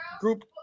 Group